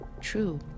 true